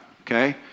Okay